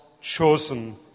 chosen